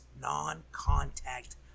non-contact